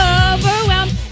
overwhelmed